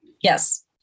Yes